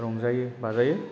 रंजायो बाजायो